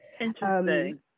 interesting